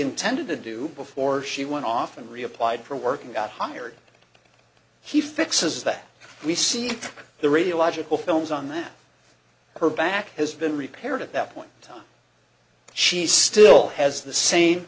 intended to do before she went off and reapplied for work and got hired he fixes that we see the radiological films on that her back has been repaired at that point she still has the same